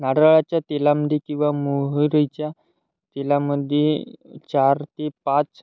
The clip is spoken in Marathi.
नारळाच्या तेलामध्ये किंवा मोहरीच्या तेलामध्ये चार ते पाच